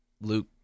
Luke